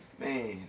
man